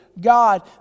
God